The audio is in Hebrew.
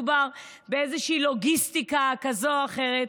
לא מדובר באיזושהי לוגיסטיקה כזאת או אחרת,